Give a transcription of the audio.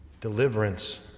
deliverance